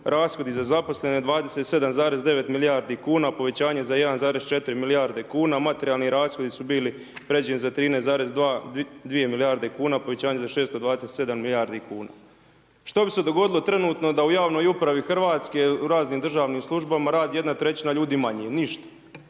rashodi za zaposlene 27,9 milijardi kuna, povećanje za 1,4 milijardi kuna, materijalni rashodi su bili pređeni za 13,2 milijarde kuna, povećanje za 627 milijarde kuna. Što bi se dogodilo trenutno, da u javnoj upravi Hrvatske, u raznim držanim službama radi 1/3 ljudi manje? Ništa.